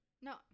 No